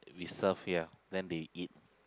we serve here then they eat